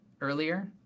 earlier